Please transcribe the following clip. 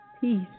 peace